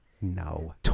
No